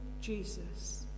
Jesus